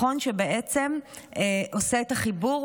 מכון שעושה את החיבור.